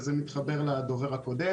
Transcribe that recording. וזה מתחבר לדובר הקודם.